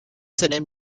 seinem